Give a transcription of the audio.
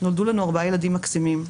נולדו לנו ארבעה ילדים מקסימים.